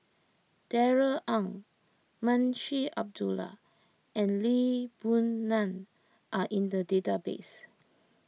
Darrell Ang Munshi Abdullah and Lee Boon Ngan are in the database